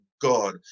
God